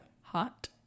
Hot